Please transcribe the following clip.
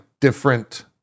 different